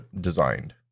designed